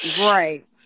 Right